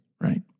right